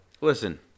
listen